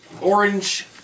Orange